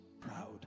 proud